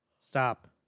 Stop